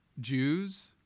Jews